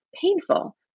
painful